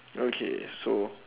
okay so